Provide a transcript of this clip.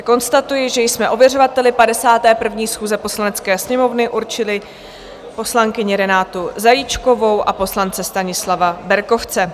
Konstatuji, že jsme ověřovateli 51. schůze Poslanecké sněmovny určili poslankyni Renátu Zajíčkovou a poslance Stanislava Berkovce.